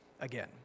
again